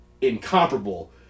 incomparable